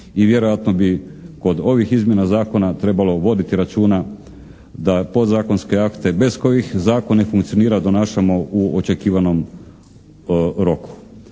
i vjerojatno bi kod ovih izmjena zakona trebalo voditi računa da podzakonske akte bez kojih zakon ne funkcionira donašamo u očekivanom roku.